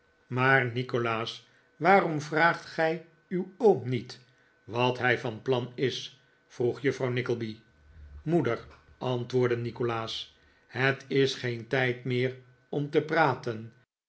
maar nikolaas waarom vraagt gij uw oom niet wat hij van plan is vroeg juffrouw nickleby moeder antwoordde nikolaas het is geen tijd meer om te praten